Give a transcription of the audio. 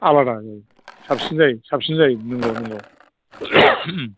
साबसिन जायो साबसिन जायो नंगौ नंगौ